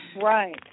Right